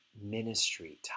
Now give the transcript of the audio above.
ministry